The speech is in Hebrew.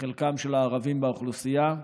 מחלקם של הערבים באוכלוסייה.